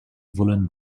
woollen